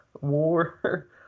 war